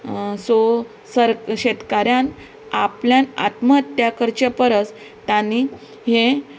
so सरका शेतकाऱ्यान आपल्यान आत्महत्या करच्या परस तांणी हें